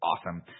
awesome